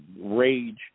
rage